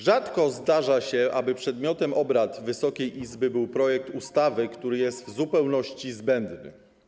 Rzadko zdarza się, aby przedmiotem obrad Wysokiej Izby był projekt ustawy, który jest w zupełności zbędny.